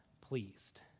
pleased